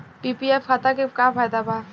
PPF खाता के का फायदा बा?